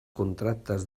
contractes